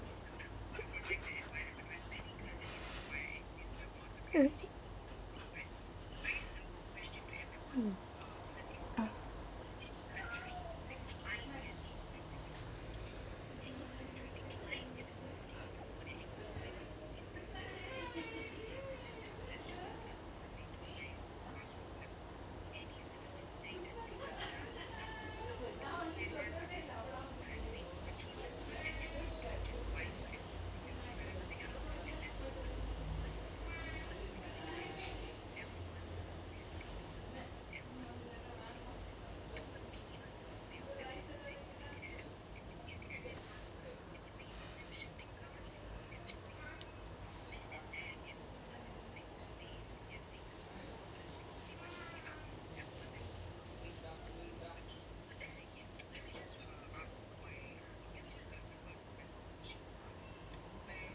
uh